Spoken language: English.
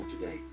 today